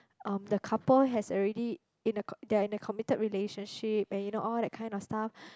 um the couple has already in a co~ they are already in a committed relationship and you know all that kind of stuff